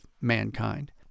mankind